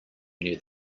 near